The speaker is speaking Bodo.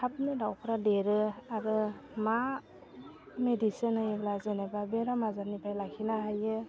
थाबनो दाउफ्रा देरो आरो मा मेडिसिन होयोब्ला जेनेबा बेराम आजारनिफ्राय लाखिनो हायो